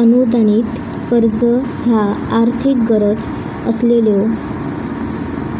अनुदानित कर्ज ह्या आर्थिक गरज असलेल्यो